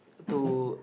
to